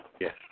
Yes